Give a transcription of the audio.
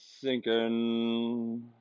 sinking